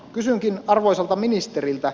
kysynkin arvoisalta ministeriltä